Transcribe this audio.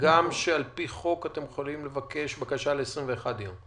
הגם שעל פי חוק אתם יכולים לבקש בקשה ל-21 יום.